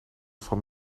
van